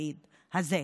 לתפקיד הזה.